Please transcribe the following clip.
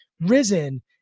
risen